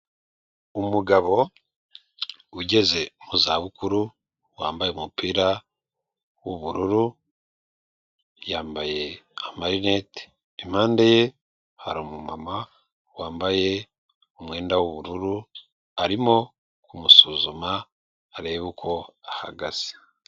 Umugabo ugeze mu za bukuru wambaye umupira w'ubururu, yambaye amarinete, impande ye hari umumama wambaye umwenda w'ubururu arimo kumusuzuma areba uko ahagaze.